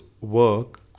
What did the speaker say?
work